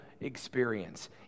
experience